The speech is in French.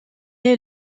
est